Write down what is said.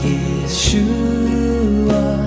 Yeshua